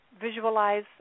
visualize